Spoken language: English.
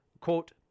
quote